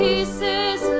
Pieces